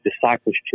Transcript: discipleship